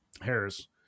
Harris